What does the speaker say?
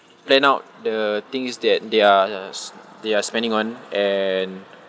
plan out the things that they are s~ they are spending on and